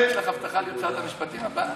יש לך הבטחה להיות שרת המשפטים הבאה?